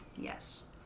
Yes